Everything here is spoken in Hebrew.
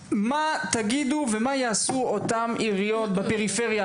תוהה מה תגידו ומה יעשו אותן עיריות בפריפריה.